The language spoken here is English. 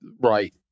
right